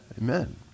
Amen